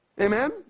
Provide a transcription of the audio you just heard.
Amen